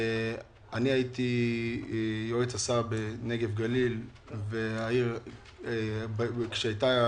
אני הייתי יועץ שר הנגב והגליל והייתי שם,